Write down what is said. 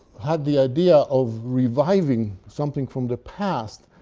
had the idea of reviving something from the past,